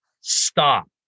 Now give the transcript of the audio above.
stop